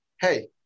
Hey